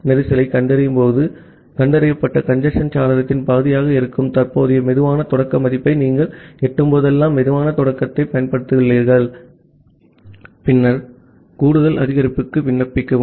கஞ்சேஸ்ன்க் கண்டறியும் போது கண்டறியப்பட்ட கஞ்சேஸ்ன் சாளரத்தின் பாதியாக இருக்கும் தற்போதைய சுலோ ஸ்டார்ட் மதிப்பை நீங்கள் எட்டும் போதெல்லாம் சுலோ ஸ்டார்ட்ப் பயன்படுத்துங்கள் பின்னர் கூடுதல் அதிகரிப்புக்கு விண்ணப்பிக்கவும்